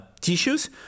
tissues